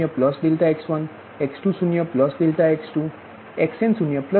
xn0∆xnસુધી ધ્યાનમા લો y1f1x10∆x1x20∆x2 xn0∆xn y2f2x10∆x1x20∆x2 xn0∆xn